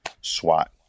swat